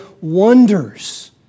wonders